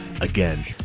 Again